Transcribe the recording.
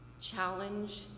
challenge